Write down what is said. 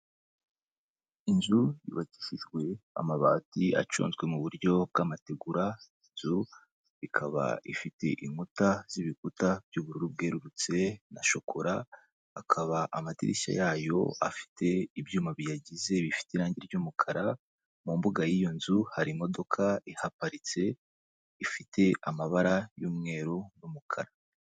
inzu yubakishijwe amabati aconzwe mu buryo bw'amategura inzu ikaba ifite inkuta z'ibikuta by'ubururu bwerurutse, na shokora, akaba amadirishya yayo afite ibyuma biyagize bifite irangi ry'umukara, mu mbuga y'iyo nzu hari imodoka iparitse ifite amabara y'umweru n'umukara.